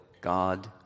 God